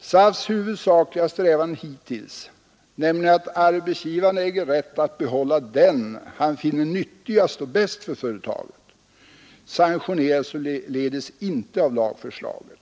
SAF:s huvudsakliga inställning hittills, nämligen att arbetsgivaren äger rätt att behålla den han finner nyttigast och bäst för företaget, sanktioneras således inte av lagförslaget.